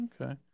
Okay